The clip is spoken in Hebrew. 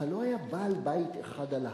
אבל לא היה בעל-בית אחד על ההר.